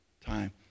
time